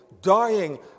dying